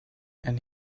and